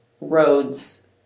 roads